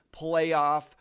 playoff